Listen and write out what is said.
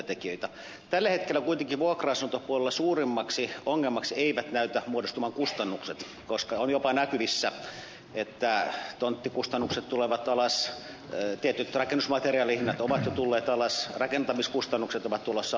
tällä hetkellä kuitenkaan vuokra asuntopuolella suurimmaksi ongelmaksi eivät näytä muodostuvan kustannukset koska on jopa näkyvissä että tonttikustannukset tulevat alas tietyt rakennusmateriaalihinnat ovat jo tulleet alas rakentamiskustannukset ovat tulossa alas